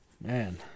Man